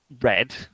red